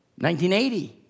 1980